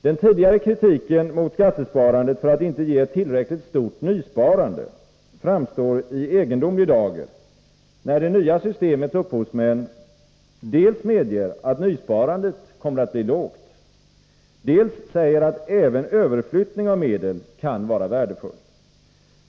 Den tidigare kritiken mot skattesparandet för att det inte ger ett tillräckligt stort nysparande framstår i egendomlig dager, när det nya systemets upphovsmän dels medger att nysparandet kommer att bli lågt, dels säger att även överflyttning av medel kan vara värdefull.